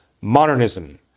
Modernism